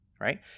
right